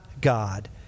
God